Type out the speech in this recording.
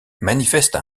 manifeste